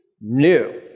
new